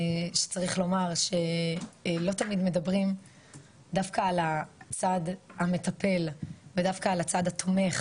שצריך לומר שלא תמיד מדברים דווקא על הצד המטפל ודווקא על הצד התומך